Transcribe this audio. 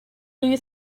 you